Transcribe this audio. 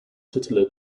titular